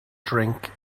drink